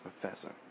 professor